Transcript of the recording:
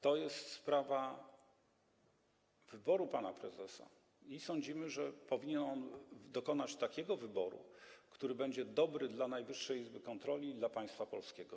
To jest sprawa wyboru pana prezesa i sądzimy, że powinien on dokonać takiego wyboru, który będzie dobry dla Najwyższej Izby Kontroli i dla państwa polskiego.